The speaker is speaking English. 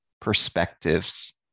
perspectives